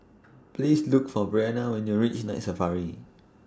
Please Look For Bryanna when YOU REACH Night Safari